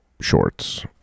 shorts